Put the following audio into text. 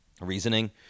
reasoning